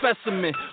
specimen